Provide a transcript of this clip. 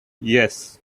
yes